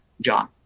John